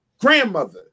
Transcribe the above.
grandmother